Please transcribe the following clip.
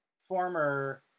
former